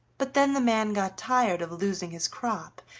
but then the man got tired of losing his crop,